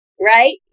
Right